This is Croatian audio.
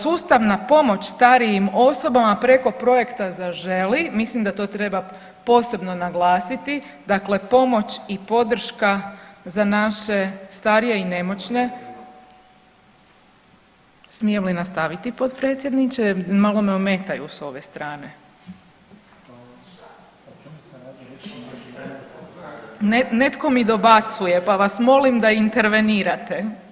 Sustavna pomoć starijim osobama preko projekta Zaželi, mislim da to treba posebno naglasiti, dakle pomoć i podrška za naše starije i nemoćne, smijem li nastaviti potpredsjedniče malo me ometaju s ove strane, netko mi dobacuje pa vas molim da intervenirate.